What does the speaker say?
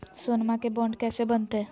सोनमा के बॉन्ड कैसे बनते?